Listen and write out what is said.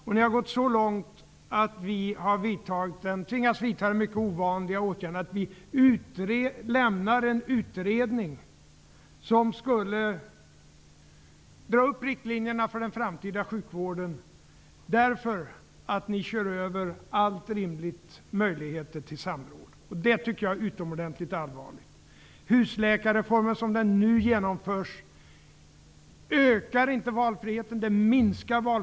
Ni har gått så långt att vi socialdemokrater har tvingats vidta den mycket ovanliga åtgärden att lämna en utredning som skulle dra upp riktlinjerna för den framtida sjukvården. Det gör vi därför att ni kör över alla rimliga möjligheter till samråd. Det tycker jag är utomordentligt allvarligt. Husläkarreformen, som den nu genomförs, ökar inte valfriheten utan minskar den.